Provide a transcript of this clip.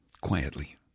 quietly